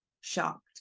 shocked